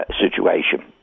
situation